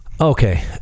Okay